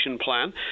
plan